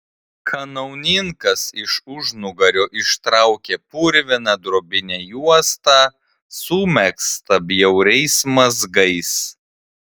kanauninkas iš užnugario ištraukė purviną drobinę juostą sumegztą bjauriais mazgais